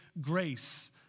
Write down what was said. grace